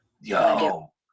yo